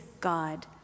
God